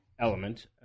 element